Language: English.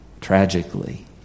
tragically